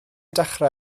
dechrau